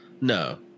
No